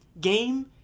Game